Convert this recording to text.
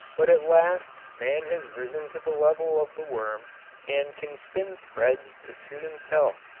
but at last man has risen to the level of the worm and can spin threads to suit himself.